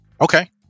Okay